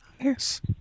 yes